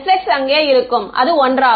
sx அங்கே இருக்கும் அது ஒன்றாகும்